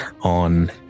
on